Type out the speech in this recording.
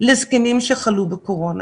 לזקנים שחלו בקורונה.